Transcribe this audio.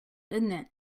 innit